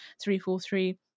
three-four-three